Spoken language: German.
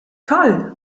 toll